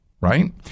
right